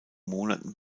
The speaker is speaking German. monaten